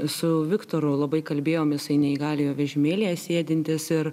su viktoru labai kalbėjomės jisai neįgaliojo vežimėlyje sėdintis ir